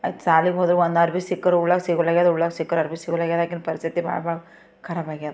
ಅದು ಶಾಲೆಗೆ ಹೋದರೆ ಒಂದರ್ವಿ ಸಿಕ್ರು ಉಡೋಕೆ ಸಿಗಲ್ಲೇದು ಉಡೋಕ್ಕೆ ಸಿಕ್ಕರು ಆರ್ಬಿ ಸಿಗಲೆದು ಪರಿಸ್ಥಿತಿ ಭಾಳ ಭಾಳ ಖರಾಬ್ ಆಗ್ಯದ